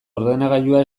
ordenagailua